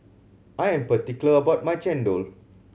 I am particular about my chendol